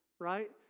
right